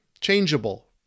changeable